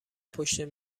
پشت